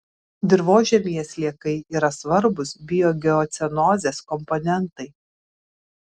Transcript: dirvožemyje sliekai yra svarbūs biogeocenozės komponentai